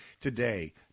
today